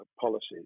policies